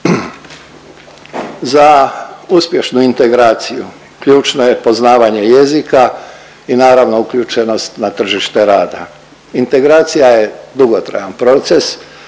Za uspješnu integraciju ključno je poznavanje jezika i naravno, uključenost na tržište rada. Integracija je dugotrajan proces